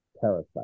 Parasite